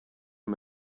him